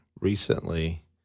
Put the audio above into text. recently